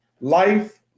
life